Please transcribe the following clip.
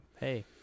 Hey